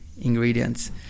ingredients